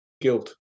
Guilt